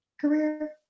career